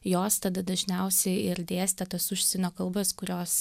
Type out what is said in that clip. jos tada dažniausiai ir dėstė tas užsienio kalbas kurios